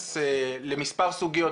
ביחס למספר סוגיות,